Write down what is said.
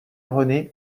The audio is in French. rené